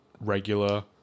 regular